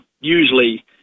usually